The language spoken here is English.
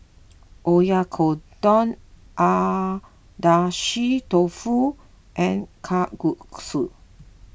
Oyakodon Agedashi Dofu and Kalguksu